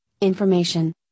information